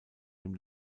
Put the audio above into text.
dem